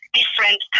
different